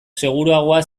seguruagoa